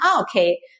Okay